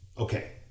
Okay